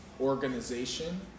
organization